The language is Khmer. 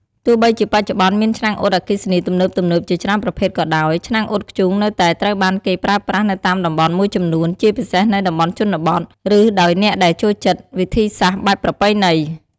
ទោះបីជាបច្ចុប្បន្នមានឆ្នាំងអ៊ុតអគ្គិសនីទំនើបៗជាច្រើនប្រភេទក៏ដោយ ឆ្នាំងអ៊ុតធ្យូងនៅតែត្រូវបានគេប្រើប្រាស់នៅតាមតំបន់មួយចំនួន ជាពិសេសនៅតំបន់ជនបទ ឬដោយអ្នកដែលចូលចិត្តវិធីសាស្ត្របែបប្រពៃណី។